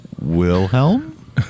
Wilhelm